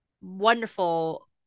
wonderful